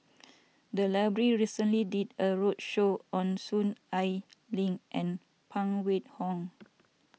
the library recently did a roadshow on Soon Ai Ling and Phan Wait Hong